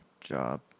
job